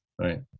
right